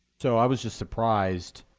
so i was just surprised.